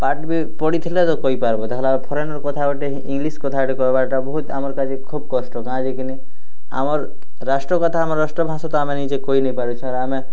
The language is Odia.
ପାଠ୍ ବି ପଢ଼ିଥିଲେ ତ କରିପାର୍ବ ଦେଖ୍ଲା ବେଲେ ଫରେନର୍ କଥା ଗୋଟେ ଇଂଲିଶ୍ କଥା ଗୋଟେ କହିବାର୍ଟା ବୋହୁତ୍ ଆମର୍ କାଯେ ଖୋବ୍ କଷ୍ଟ କାଁ ଯେ କି ନେଇଁ ଆମର୍ ରାଷ୍ଟ୍ର କଥା ଆମର୍ ରାଷ୍ଟ୍ର ଭାଷା ତ ଆମେ ନିଜେ କହି ନେଇଁ ପାରୁଛେଁ ଆର୍ ଆମେ